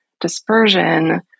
dispersion